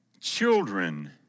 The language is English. Children